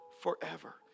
forever